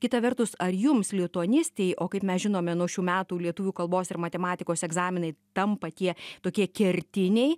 kita vertus ar jums lituanistei o kaip mes žinome nuo šių metų lietuvių kalbos ir matematikos egzaminai tampa tie tokie kertiniai